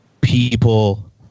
people